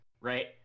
right